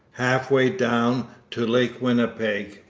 half-way down to lake winnipeg.